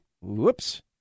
Whoops